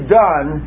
done